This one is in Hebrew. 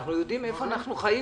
אנחנו יודעים איפה אנחנו חיים.